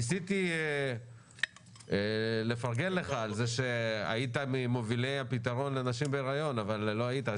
ניסיתי לפרגן לך על זה שהיית ממובילי הפתרון לנשים בהיריון אבל לא היית.